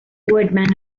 woodman